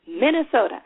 Minnesota